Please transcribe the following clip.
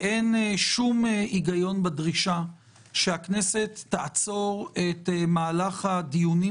אין שום היגיון בדרישה שהכנסת תעצור את מהלך הדיונים